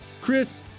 Chris